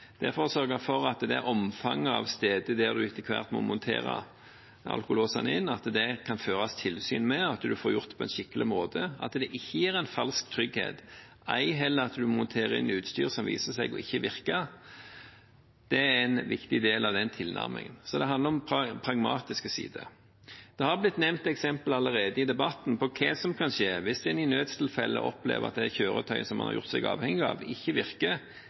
det er for å sørge for at omfanget av steder der en etter hvert må montere alkolåsene, kan føres tilsyn med, at en får gjort det på en skikkelig måte, at det ikke gir en falsk trygghet – ei heller at en monterer inn utstyr som viser seg ikke å virke. Det er en viktig del av den tilnærmingen. Det handler om pragmatiske sider. Det er allerede i debatten blitt nevnt eksempler på hva som kan skje hvis en i nødstilfeller opplever at det kjøretøyet en har gjort seg avhengig av, ikke virker